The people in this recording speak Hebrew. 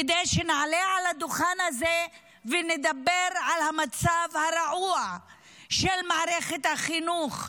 כדי שנעלה על הדוכן הזה ונדבר על המצב הרעוע של מערכת החינוך,